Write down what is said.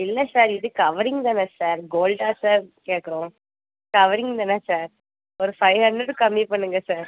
இல்லை சார் இது கவரிங் தானே சார் கோல்டா சார் கேட்கறோம் கவரிங் தானே சார் ஒரு ஃபைவ் ஹண்ட்ரடு கம்மி பண்ணுங்கள் சார்